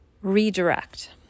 redirect